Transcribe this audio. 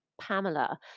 Pamela